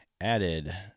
added